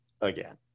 again